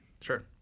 Sure